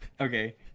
okay